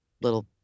little